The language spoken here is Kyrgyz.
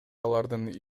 алардын